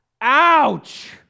Ouch